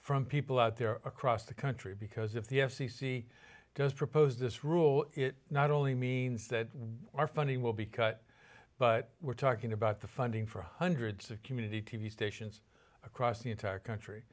from people out there across the country because if the f c c does propose this rule it not only means that our funny will be cut but we're talking about the funding for hundreds of community t v stations across the entire country